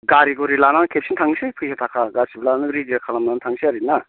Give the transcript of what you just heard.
गारि गुरि लानानै खेबसेनो थांनोसै फैसा थाखा गासैबो लानानै रेडि खालामनानै थांसै आरोना